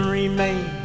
remain